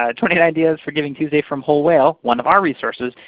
ah twenty nine ideas for givingtuesday from whole whale, one of our resources,